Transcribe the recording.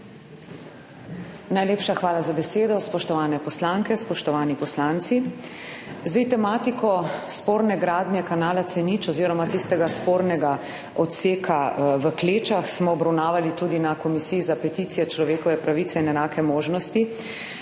Najlepša hvala za besedo. Spoštovane poslanke, spoštovani poslanci. Zdaj, tematiko sporne gradnje kanala C0 oziroma tistega spornega odseka v Klečah, smo obravnavali tudi na Komisiji za peticije, človekove pravice in enake možnosti.